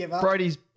Brody's